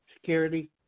security